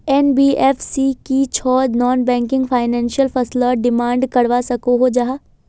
NBFC की छौ non banking financial फसलोत डिमांड करवा सकोहो जाहा?